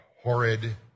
horrid